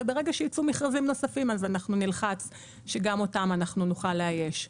וברגע שיצאו מכרזים נוספים אנחנו נלחץ שגם אותם אנחנו נוכל לאייש.